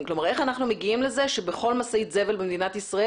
כלומר איך אנחנו מגיעים לזה שבכל משאית זבל במדינת ישראל